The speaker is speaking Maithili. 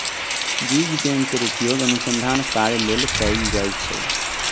बीज बैंक केर उपयोग अनुसंधान कार्य लेल कैल जाइ छै